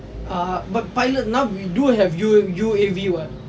ah but pilot now we do have U U_A_V [what]